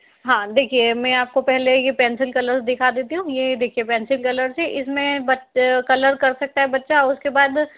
हाँ देखिए मैं आपको पहले ये पेंसिल कलर दिखा देती हूँ ये देखिए पेंसिल कलर्स है इस में कलर कर सकता है बच्चा उसके बाद